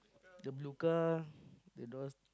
the blue car the door